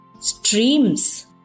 Streams